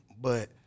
But-